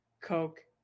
Coke